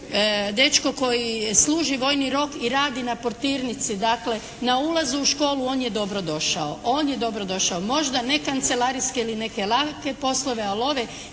dečko koji služi vojni rok i radi na portirnici, dakle na ulazu u školu on je dobrodošao, on je dobrodošao, možda ne kancelarijske ili neke …/Govornica se